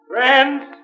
Friends